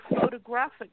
photographic